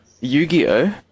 Yu-Gi-Oh